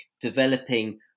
developing